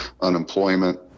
unemployment